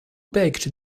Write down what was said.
baked